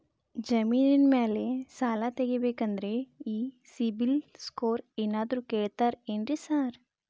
ಜಮೇನಿನ ಮ್ಯಾಲೆ ಸಾಲ ತಗಬೇಕಂದ್ರೆ ಈ ಸಿಬಿಲ್ ಸ್ಕೋರ್ ಏನಾದ್ರ ಕೇಳ್ತಾರ್ ಏನ್ರಿ ಸಾರ್?